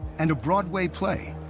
and a broadway play,